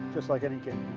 just like any game.